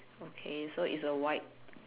okay so it's a white